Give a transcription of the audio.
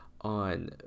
on